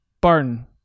Barton